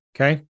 okay